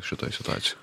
šitoj situacijoj